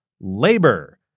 labor